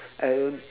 I